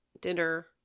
dinner